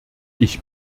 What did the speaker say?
ich